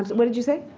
what did you say?